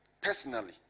personally